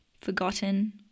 forgotten